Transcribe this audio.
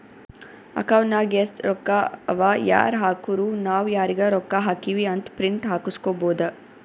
account ನಾಗ್ ಎಸ್ಟ್ ರೊಕ್ಕಾ ಅವಾ ಯಾರ್ ಹಾಕುರು ನಾವ್ ಯಾರಿಗ ರೊಕ್ಕಾ ಹಾಕಿವಿ ಅಂತ್ ಪ್ರಿಂಟ್ ಹಾಕುಸ್ಕೊಬೋದ